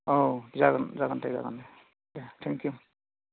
औ जागोन दे जागोन दे थेंक इउ